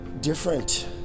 different